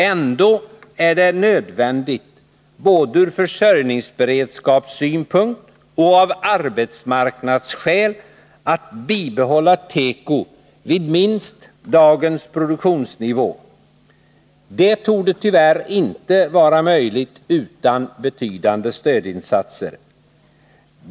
Ändå är det nödvändigt både ur försörjningsberedskapssynpunkt och av arbetsmarknadsskäl att bibehålla tekoindustrin vid minst dagens produktionsnivå. Det torde tyvärr inte vara möjligt utan betydande stödinsatser.